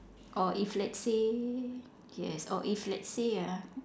or if let's say yes or if let's say ah